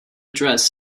dress